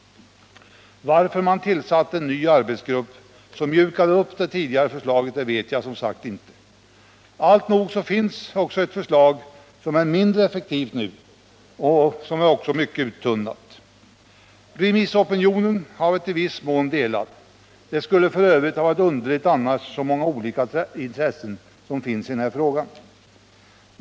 Varför man tillsatte en ny arbetsgrupp som mjukade upp det tidigare förslaget vet jag som sagt inte. Alltnog finns nu också ett förslag som är mindre effektivt och som är mycket uttunnat. Remissopinionen har varit i viss mån delad. Det skulle för övrigt har varit underligt annars, så många olika intressen som finns i denna fråga.